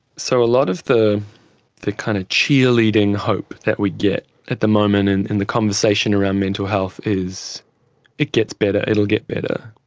so a lot of the the kind of cheerleading hope that we get at the moment in in the conversation around mental health is it gets better, it'll get better,